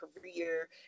career